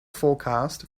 forecast